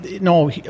no